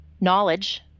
knowledge